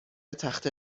تخته